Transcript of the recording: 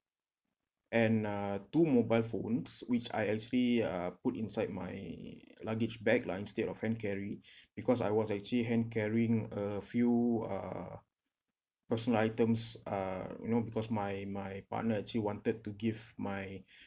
and uh two mobile phones which I actually uh put inside my luggage bag like instead of hand carry because I was actually hand carrying a few uh personal items uh you know because my my partner actually wanted to give my